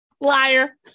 Liar